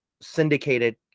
syndicated